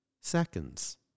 seconds